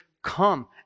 Come